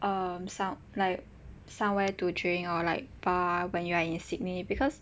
um some like somewhere to drink or like bar when you are in sydney because